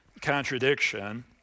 contradiction